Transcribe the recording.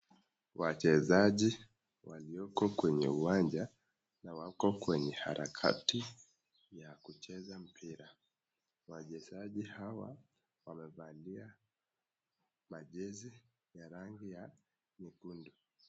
Mwanamke amebeba mtoto analia amesimama chini ya mti mbele ya gari nyeusi.